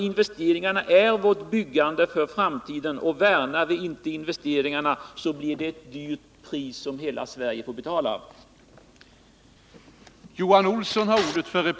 Investeringarna är vårt byggande för framtiden, och värnar vi inte om investeringarna får hela Sverige betala ett högt pris för det.